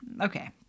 Okay